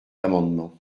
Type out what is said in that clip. amendement